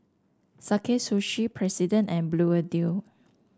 Sakae Sushi President and Bluedio